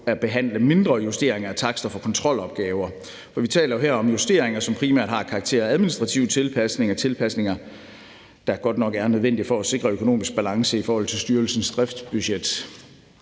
at behandle mindre justeringer af takster for kontrolopgaver. For vi taler her om justeringer, som primært har karakterer af administrative tilpasninger; tilpasninger, der godt nok er nødvendige for at sikre økonomisk balance i forhold til styrelsens driftsbudget,